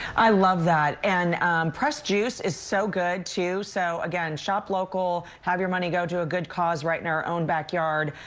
i love that. and pressed juice is so good too. so again, shop local. have your money go to a good cause right in our own backyard.